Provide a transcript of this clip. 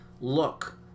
look